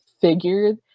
figured